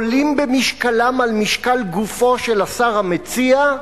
עולים במשקלם על משקל גופו של השר המציע,